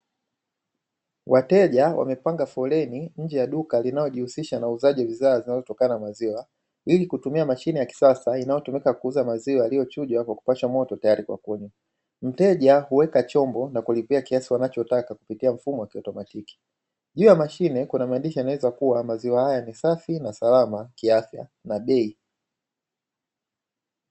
Wateja wamepanga foleni nje ya duka linalojihusisha na uuzaji wa bidhaa zinazotokana na maziwa, ili kutumia mashine ya kisasa inayotumika kuuza maziwa yaliyochujwa kwa kupasha moto tayari kwa kunywa. Mteja huweka chombo na kulipia kiasi wanachotaka kupitia mfumo wa kiotamatiki. Juu ya mashine kuna maandishi yanaeleza kuwa maziwa haya ni safi na salama kiafya na bei.